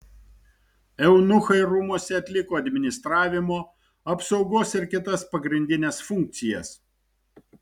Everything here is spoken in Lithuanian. eunuchai rūmuose atliko administravimo apsaugos ir kitas pagrindines funkcijas